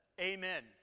Amen